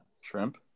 shrimp